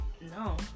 no